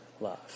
love